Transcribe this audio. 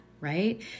right